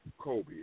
Kobe